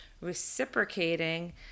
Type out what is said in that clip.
reciprocating